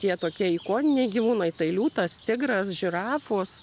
tie tokie ikoniniai gyvūnai tai liūtas tigras žirafos